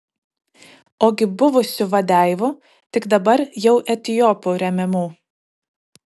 ogi buvusių vadeivų tik dabar jau etiopų remiamų